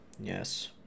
Yes